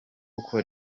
uko